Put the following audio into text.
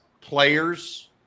players